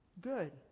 Good